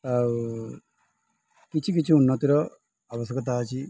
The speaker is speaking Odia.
ଆଉ କିଛି କିଛି ଉନ୍ନତିର ଆବଶ୍ୟକତା ଅଛି